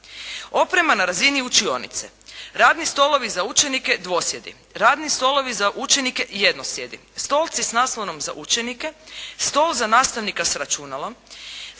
“Oprema na razini učionice. Radni stolovi za učenike dvosjedi. Radni stolovi za učenike jednosjedi. Stolci sa naslonom za učenike. Stol za nastavnika sa računalom.